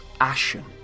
ashen